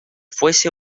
fuese